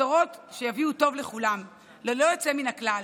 בשורות שיביאו טוב לכולם ללא יוצא מן הכלל.